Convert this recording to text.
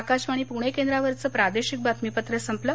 आकाशवाणी पूणे केंद्रावरचं प्रादेशिक बातमीपत्र संपलं